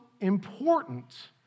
important